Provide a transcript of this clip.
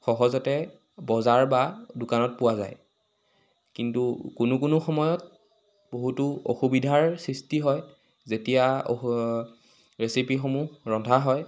সহজতে বজাৰ বা দোকানত পোৱা যায় কিন্তু কোনো কোনো সময়ত বহুতো অসুবিধাৰ সৃষ্টি হয় যেতিয়া অসু ৰেচিপিসমূহ ৰন্ধা হয়